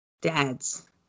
dads